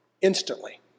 instantly